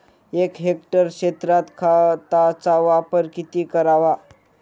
एक हेक्टर क्षेत्रात खताचा वापर किती करावा?